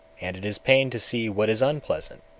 and it is pain to see what is unpleasant.